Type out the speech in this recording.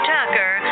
Tucker